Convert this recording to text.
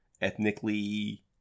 ethnically